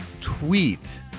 tweet